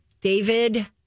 David